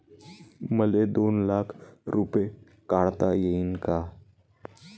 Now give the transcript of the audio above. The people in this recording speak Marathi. मले दोन लाख रूपे काढता येईन काय?